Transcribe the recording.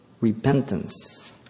repentance